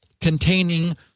containing